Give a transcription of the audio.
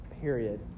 period